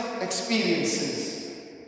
experiences